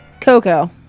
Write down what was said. Coco